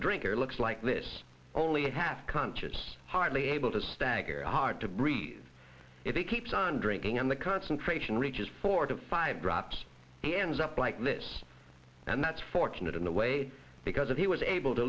drinker looks like this only half conscious hardly able to stagger hard to breathe if he keeps on drinking and the concentration reaches four to five drops he ends up like this and that's fortunate in the way because if he was able to